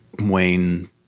Wayne